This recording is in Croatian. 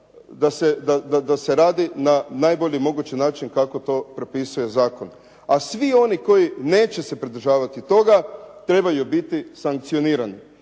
da se radi na najbolji mogući način kako to propisuje zakon. A svi oni koji se neće pridržavati toga, trebaju biti sankcionirani.